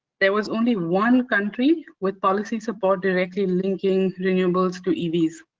there was only one country with policy support directly linking renewables to evs,